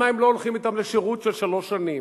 לה הם לא הולכים אתם לשירות של שלוש שנים?